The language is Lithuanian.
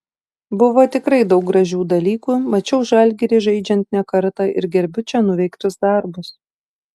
buvo tikrai daug gražių dalykų mačiau žalgirį žaidžiant ne kartą ir gerbiu čia nuveiktus darbus